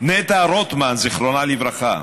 נטע רוטמן, זיכרונה לברכה.